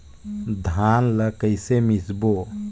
धान ला कइसे मिसबो?